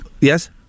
yes